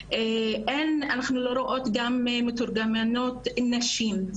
אנחנו גם לא רואות מתורגמניות נשים,